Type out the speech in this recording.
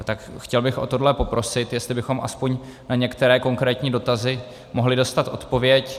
Tak chtěl bych o tohle poprosit, jestli bychom aspoň na některé konkrétní dotazy mohli dostat odpověď.